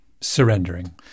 surrendering